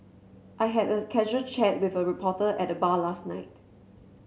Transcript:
I had a casual chat with a reporter at the bar last night